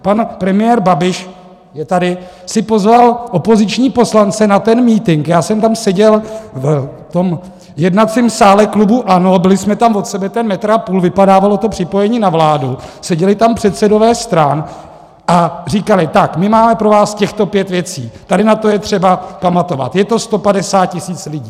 Pan premiér Babiš je tady si pozval opoziční poslance na ten mítink, já jsem tam seděl v tom jednacím sále klubu ANO, byli jsme tam od sebe ten metr a půl, vypadávalo to připojení na vládu, seděli tam předsedové stran a říkali: tak, my máme pro vás těchto pět věcí, tady na to je třeba pamatovat, je to 150 tisíc lidí.